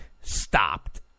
stopped